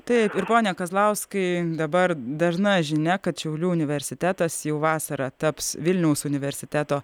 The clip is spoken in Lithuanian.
taip ir pone kazlauskai dabar dažna žinia kad šiaulių universitetas jau vasarą taps vilniaus universiteto